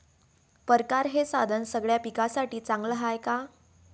परकारं हे साधन सगळ्या पिकासाठी चांगलं हाये का?